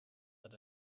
that